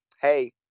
hey